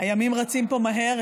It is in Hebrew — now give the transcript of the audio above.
הימים רצים פה מהר,